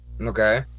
Okay